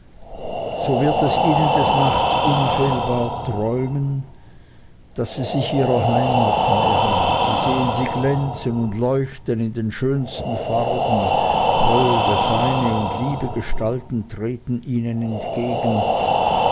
so wird es ihnen des nachts unfehlbar träumen daß sie sich ihrer heimat nähern sie sehen sie glänzen und leuchten in den schönsten farben holde feine und liebe gestalten treten ihnen entgegen